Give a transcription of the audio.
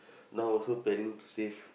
now also planning to save